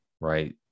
Right